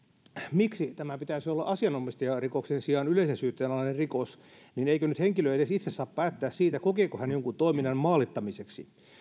miksi tämän pitäisi olla asianomistajarikoksen sijaan yleisen syytteen alainen rikos eikö nyt henkilö edes itse saa päättää siitä kokeeko hän jonkun toiminnan maalittamiseksi